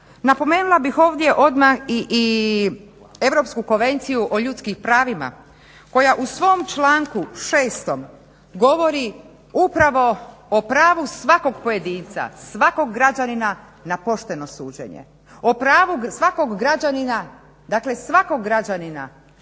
Napomenula bih ovdje odmah i Europsku konvenciju o ljudskim pravima, koja u svom članku 6. govori upravo o pravu svakog pojedinca, svakog građanina na pošteno suđenje, o pravu svakog građanina, dakle svakog građanina